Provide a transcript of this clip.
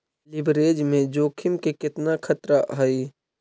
Leverage में जोखिम के केतना खतरा हइ?